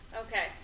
Okay